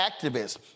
activists